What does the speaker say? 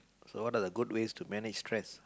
so what are the good ways to manage stress